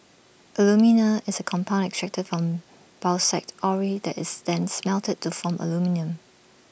alumina is A compound extracted from bauxite ore that is then smelted to form aluminium